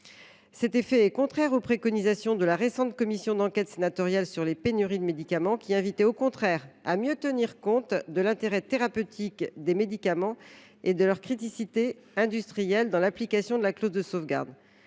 Cet effet est contraire aux préconisations de la récente commission d’enquête sénatoriale sur les pénuries de médicaments, qui invitait au contraire à mieux tenir compte de l’intérêt thérapeutique des médicaments et de leur criticité industrielle dans l’application de la clause de sauvegarde.